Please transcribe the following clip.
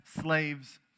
slaves